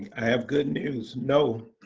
have good news, no,